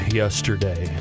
yesterday